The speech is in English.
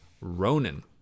Ronan